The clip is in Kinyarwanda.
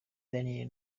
daniel